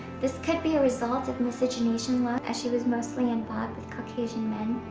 this could be a result of miscegenation laws, as she was mostly involved with caucasian men,